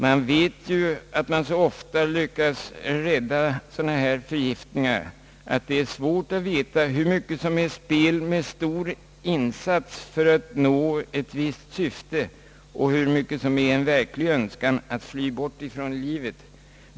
Man lyckas ju ofta rädda sådana sömnmedelsförgiftade människor, och det är svårt att utröna i vad mån deras handlande är ett spel med stor insats för att nå ett visst syfte eller i vad mån det bottnar i en verklig önskan att fly bort från livet.